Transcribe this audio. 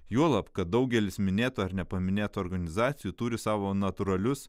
juolab kad daugelis minėtų ar nepaminėtų organizacijų turi savo natūralius